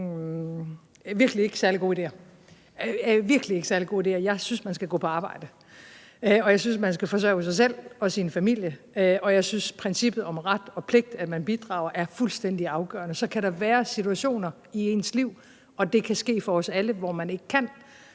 borgerløn som en af de virkelig ikke særlig gode ideer. Jeg synes, man skal gå på arbejde. Jeg synes, man skal forsørge sig selv og sin familie, og jeg synes, at princippet om ret og pligt, at man bidrager, er fuldstændig afgørende. Så kan der være situationer i ens liv, og det kan ske for os alle, hvor man ikke kan